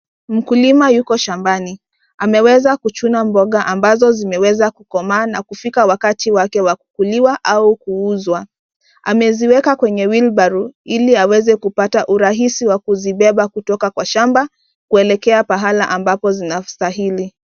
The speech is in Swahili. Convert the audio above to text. Mkulima yuko shambani. Anaweza kuchuna mboga ambazo zimeweza kukomaa na kufika wakati wake wa kuliwa au kuuzwa. Ameziwekwa kwenye wheelbarrow ili aweze kupata urahisi wa kuzibeba kutoka kwa shamba kuelekea pahala ambazo zinastahili.